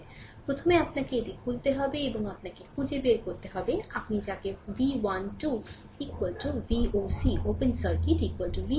সুতরাং প্রথমে আপনাকে এটি খুলতে হবে এবং আপনাকে খুঁজে বের করতে হবে আপনি যাকে v 1 2 VOC open circuit VThevenin একই জিনিস বলছেন